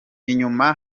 inyuma